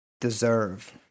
deserve